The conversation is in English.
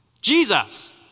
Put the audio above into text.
Jesus